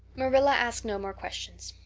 marilla asked no more questions.